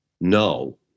no